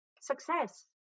success